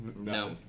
No